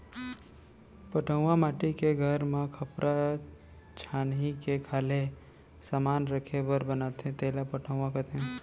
पटउहॉं माटी के घर म खपरा छानही के खाल्हे समान राखे बर बनाथे तेला पटउहॉं कथें